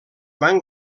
van